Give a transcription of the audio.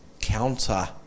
counter